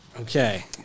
Okay